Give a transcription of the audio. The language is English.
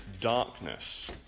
darkness